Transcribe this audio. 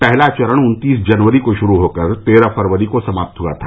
पहला चरण उन्तीस जनवरी को शुरू होकर तेरह फरवरी को समाप्त हुआ था